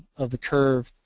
of the curve